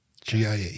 GIA